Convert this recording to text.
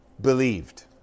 believed